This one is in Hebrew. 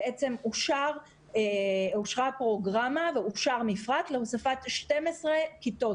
בעצם אושרה פרוגרמה ואושר מפרט להוספת 12 כיתות,